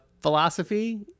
philosophy